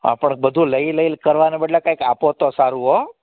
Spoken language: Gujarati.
હાં પણ બધુ લઈ લઈ કરવાને બદલે કઈક આપો તો સારું હો